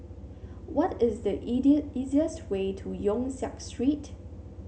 what is the easiest way to Yong Siak Street